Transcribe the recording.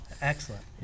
excellent